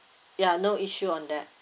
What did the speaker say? ya no issue on that